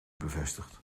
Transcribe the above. bevestigd